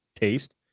taste